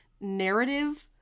narrative